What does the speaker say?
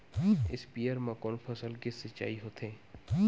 स्पीयर म कोन फसल के सिंचाई होथे?